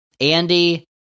Andy